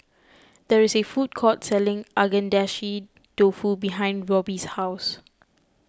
there is a food court selling Agedashi Dofu behind Roby's house